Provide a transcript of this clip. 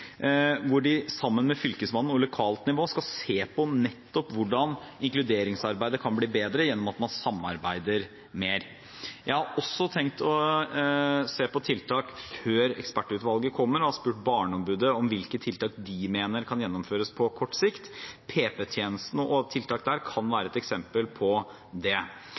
hvor de sammen med Fylkesmannen og lokalt nivå skal se på nettopp hvordan inkluderingsarbeidet kan bli bedre gjennom at man samarbeider mer. Jeg har også tenkt å se på tiltak før ekspertutvalget kommer. Jeg har spurt Barneombudet om hvilke tiltak de mener kan gjennomføres på kort sikt. PP-tjenesten og tiltak der kan være et eksempel på det.